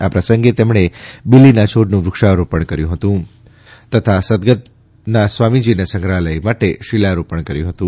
આ પ્રસંગે તેમણે બિલિના છોડનું વૃક્ષારોપણ કર્યું તથા સદગતના સ્વામીજીના સંગ્રહાલય માટે શીલારોપણ કર્યું હતું